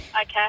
Okay